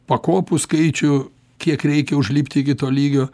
pakopų skaičių kiek reikia užlipti iki to lygio